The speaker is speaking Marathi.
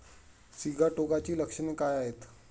सिगाटोकाची लक्षणे काय आहेत?